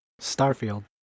Starfield